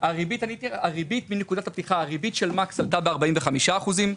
הריבית של מקס עלתה ב-45 אחוזים,